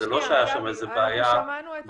זה לא שהייתה שם איזו בעיה בקצה.